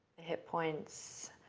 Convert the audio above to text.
the hip points.